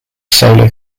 solo